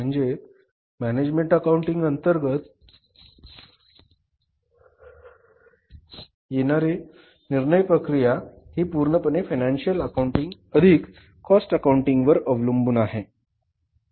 म्हणजे management accounting अंतर्गत येणारे निर्णय प्रक्रिया ही पूर्णपणे फायनान्शिअल अकाउंटिंग अधिक कॉस्ट अकाउंटिंग वर अवलंबून आहे